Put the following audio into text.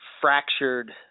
fractured